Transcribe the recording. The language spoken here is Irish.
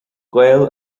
gael